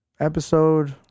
Episode